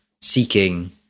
seeking